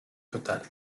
total